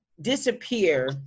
disappear